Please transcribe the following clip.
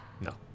no